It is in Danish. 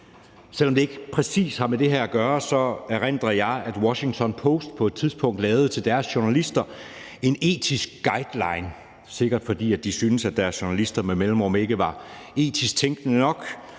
Selv om det ikke præcis har noget med det her at gøre, erindrer jeg, at Washington Post på et tidspunkt lavede en etisk guideline til deres journalister, sikkert fordi de syntes, at deres journalister med mellemrum ikke var etisk tænkende nok